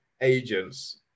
agents